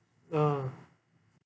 ah